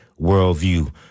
worldview